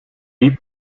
die